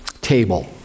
Table